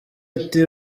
ati